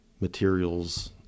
materials